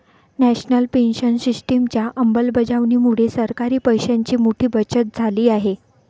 national pension सिस्टिमच्या अंमलबजावणीमुळे सरकारी पैशांची मोठी बचत झाली आहे